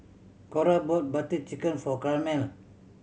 Cora brought Butter Chicken for Carmel